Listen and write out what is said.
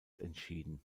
entschieden